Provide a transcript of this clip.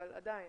אבל עדיין,